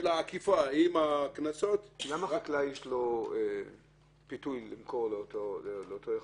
האכיפה עם הקנסות --- למה לחקלאי יש פיתוי למכור לאותו אחד?